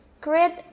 create